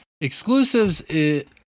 Exclusives